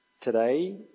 today